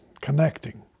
connecting